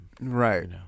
Right